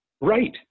right